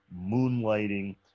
moonlighting